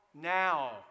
now